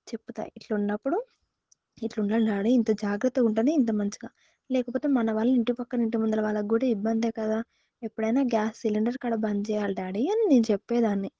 చెప్తా ఇట్లున్నప్పుడు ఇట్ల ఉండాలి డాడీ ఇంత జాగ్రత్తగా ఉంటేనే ఇంత మంచిగా లేకపోతే మన వల్ల ఇంటి పక్కల ఇంటి ముందర వాళ్ళకి కూడా ఇబ్బంది కదా ఎప్పుడైనా గ్యాస్ సిలిండర్ కాడ బంద్ చేయాలి డాడీ అని నేను చెప్పే దాన్ని